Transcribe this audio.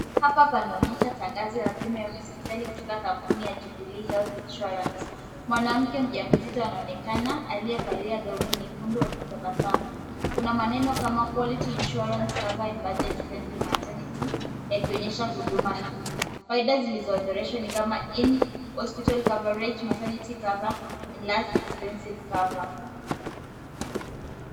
Hapa panaonyesha tangazo ya bima ya hospitali kutoka kampuni ya Jubilee Life Insurance. Mwanamke mjamzito anaonekana aliyevalia gauni nyekundu akitabasamu. Kuna maneno kama quality insurance cover and budget friendly maternity yakionyesha huduma hii. Faida zilizoorodheshwa ni kama hopital coverage, maternity cover, last expenses cover .